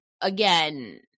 again